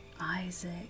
Isaac